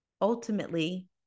ultimately